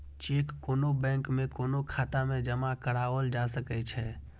cheque कोनो bank में कोनो खाता मे जमा कराओल जा सकै छै